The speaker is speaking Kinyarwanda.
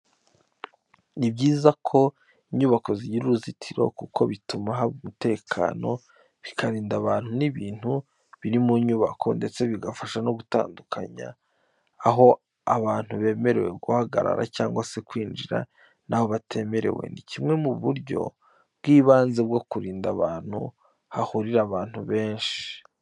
Ni byiza ko inyubako zigira uruzitiro kuko bituma haba umutekano, bikarinda abantu n'ibintu biri mu nyubako ndetse bigafasha no gutandukanya aho abantu bemerewe guhagarara cyangwa se kwinjira n'aho batemerewe. Ni kimwe mu buryo bw'ibanze bwo kurinda ahantu hahurira abantu benshi.